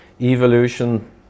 Evolution